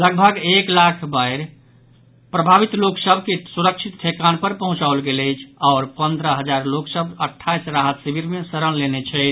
लगभग एक लाख बाढ़ि प्रभावित लोक सभ के सुरक्षित ठेकान पर पहुंचाओल गेल अछि आओर पंद्रह हजार लोक सभ अठाईस राहत शिविर मे शरण लेने छथि